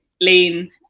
lean